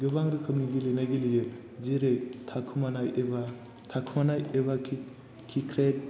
गोबां रोखोमनि गेलेनाय गेलेयो जेरै थाखुमानाय एबा एबा क्रिकेट